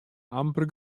amper